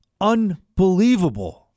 Unbelievable